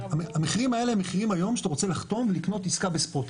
המחירים האלה הם מחירים היום שאתה רוצה לחתום ולקנות עסקה בספוט.